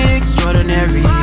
extraordinary